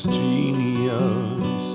genius